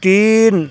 تین